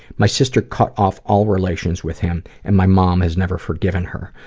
my sister cut off all relations with him and my mom has never forgiven her.